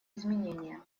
изменения